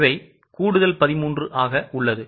இவை கூடுதல் 13 ஆக உள்ளது